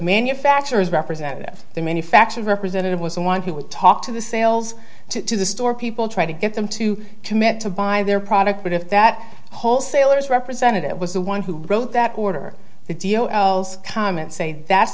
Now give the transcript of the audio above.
manufacturer's representative the manufacturer representative was someone who would talk to the sales to the store people trying to get them to commit to buy their product but if that wholesalers representative was the one who wrote that order the dio l's comments say that's